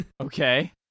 okay